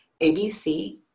ABC